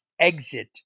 exit